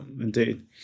indeed